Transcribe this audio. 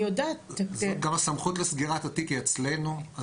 גם הסמכות לסגירת התיק היא אצלנו.